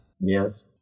Yes